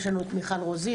יש לנו את מיכל רוזין,